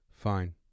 Fine